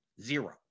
zero